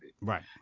Right